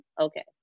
Okay